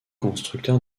constructeur